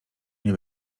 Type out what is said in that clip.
nie